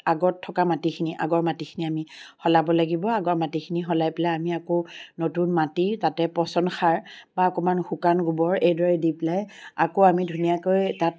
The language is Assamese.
আগত থকা মাটিখিনি আগৰ মাটিখিনি আমি সলাব লাগিব আগৰ মাটিখিনি সলাই পেলাই আমি আকৌ নতুন মাটি তাতে পচন সাৰ বা অকণমান শুকান গোবৰ এইদৰে দি পেলাই আকৌ আমি ধুনীয়াকৈ তাত